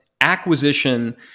acquisition